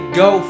go